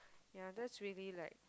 ya that's really like